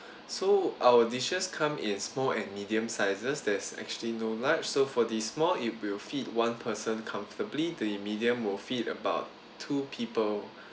so our dishes come in small and medium sizes there's actually no large so for the small it will feed one person comfortably the medium will feed about two people